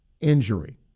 injury